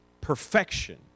perfection